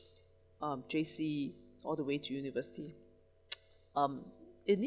um J_C all the way to university um it need